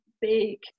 big